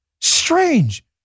Strange